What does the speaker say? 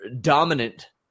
dominant